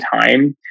time